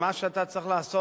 מה שאתה צריך לעשות,